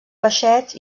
peixets